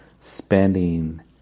spending